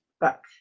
back